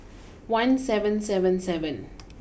one seven seven seven